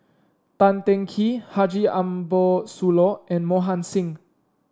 Tan Teng Kee Haji Ambo Sooloh and Mohan Singh